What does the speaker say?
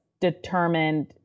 determined